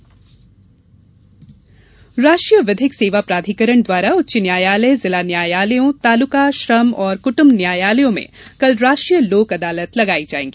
national Lok Adalat राष्ट्रीय विधिक सेवा प्रधिकरण द्वारा उच्च न्यायालय जिला न्यायालयों तालुका श्रम और कुटुम्ब न्यायालयों में कल राष्ट्रीय लोक अदालत लगाई जाएगी